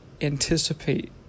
anticipate